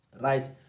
Right